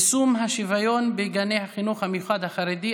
יישום השוויון בגני החינוך המיוחד החרדי.